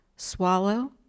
Swallow